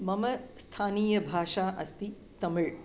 मम स्थानीया भाषा अस्ति तमिळ्